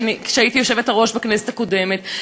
כשהייתי היושבת-ראש שלה בכנסת הקודמת.